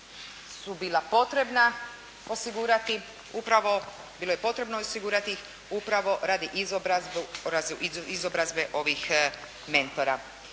su bila potrebna osigurati, upravo bilo je potrebno osigurati, upravo radi izobrazbe ovih mentora.